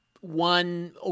one